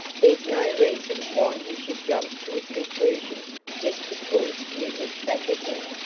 there's no reason why he should jump to a conclusion just because you looked back at him.